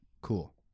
cool